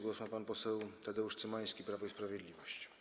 Głos ma pan poseł Tadeusz Cymański, Prawo i Sprawiedliwość.